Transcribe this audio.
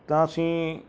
ਤਾਂ ਅਸੀਂ